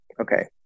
okay